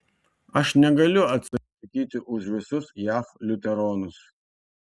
aš negaliu atsakyti už visus jav liuteronus